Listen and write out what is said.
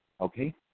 Okay